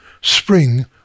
Spring